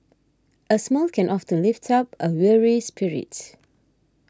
a smile can often lift up a weary spirit